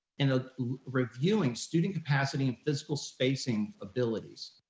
and ah reviewing student capacity and physical spacing abilities.